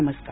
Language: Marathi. नमस्कार